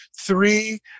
three